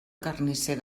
carnisser